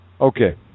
Okay